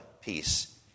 peace